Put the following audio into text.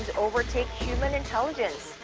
overtake human intelligence?